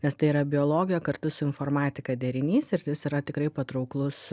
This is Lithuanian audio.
nes tai yra biologija kartu su informatika derinys ir jis yra tikrai patrauklus